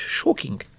shocking